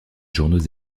journaux